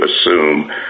assume